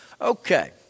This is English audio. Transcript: Okay